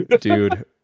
Dude